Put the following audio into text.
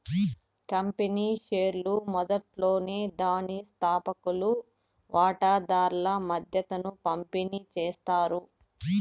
company షేర్లు మొదట్లోనే దాని స్తాపకులు వాటాదార్ల మద్దేన పంపిణీ చేస్తారు